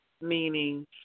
meaning